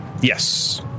Yes